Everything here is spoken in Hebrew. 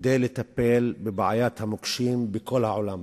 כדי לטפל בבעיית המוקשים בכל העולם,